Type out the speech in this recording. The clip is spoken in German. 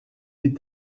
die